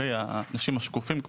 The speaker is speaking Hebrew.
לאנשים השקופים.